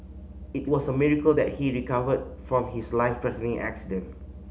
it was a miracle that he recovered from his life threatening accident